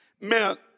meant